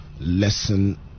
lesson